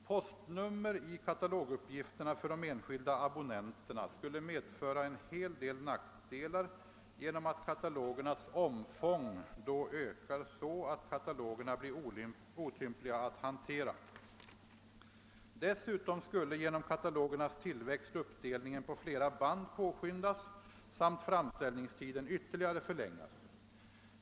Postnummer i kataloguppgifterna för de enskilda abonnenterna skulle medföra en hel del nackdelar genom att katalogernas omfång då skulle öka så att katalogerna bleve otympligare att hantera. Dessutom skulle genom katalogernas tillväxt uppdelningen på flera band påskyndas samt framställningstiden ytterligare förlängas.